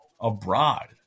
abroad